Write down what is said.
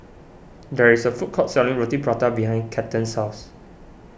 there is a food court selling Roti Prata behind Cathern's house